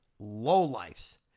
lowlifes